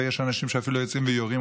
ויש אנשים שאפילו יוצאים ויורים,